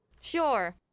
Sure